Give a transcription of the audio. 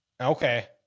Okay